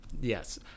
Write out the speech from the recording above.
Yes